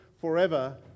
forever